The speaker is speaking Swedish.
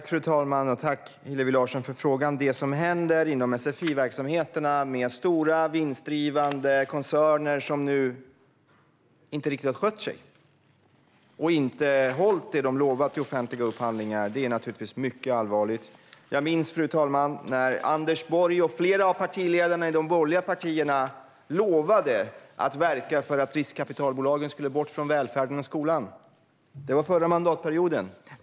Fru talman! Tack, Hillevi Larsson, för frågan! Det som händer inom sfi-verksamheterna, med stora, vinstdrivande koncerner som inte riktigt har skött sig och inte har hållit vad de har lovat i offentliga upphandlingar, är naturligtvis mycket allvarligt. Jag minns, fru talman, när Anders Borg och flera av de borgerliga partiledarna lovade att verka för att riskkapitalbolagen skulle bort från välfärden och skolan. Det var förra mandatperioden.